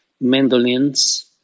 mandolins